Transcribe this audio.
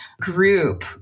group